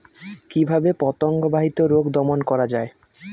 কিভাবে পতঙ্গ বাহিত রোগ দমন করা যায়?